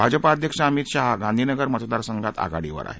भाजपा अध्यक्ष अमित शहा गांधी नगर मतदारसंघात आघाडीवर आहेत